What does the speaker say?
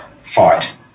fight